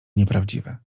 nieprawdziwe